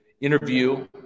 interview